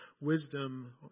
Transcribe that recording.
wisdom